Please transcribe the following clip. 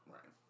Right